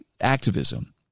activism